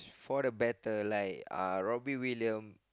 for the better like Robbie-Williams